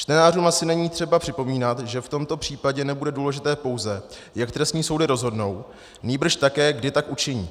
Čtenářům asi není třeba připomínat, že v tomto případě nebude důležité pouze to, jak trestní soudy rozhodnou, nýbrž také, kdy tak učiní.